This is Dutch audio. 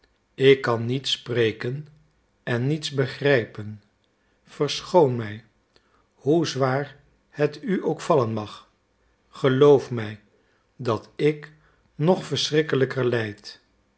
ik kan niet spreken en niets begrijpen verschoon mij hoe zwaar het u ook vallen mag geloof mij dat ik nog verschrikkelijker lijd